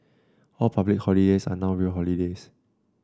all public holidays are now real holidays